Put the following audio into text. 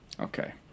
Okay